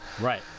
Right